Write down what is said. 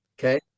Okay